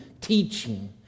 teaching